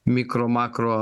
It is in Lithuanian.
mikro makro